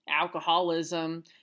alcoholism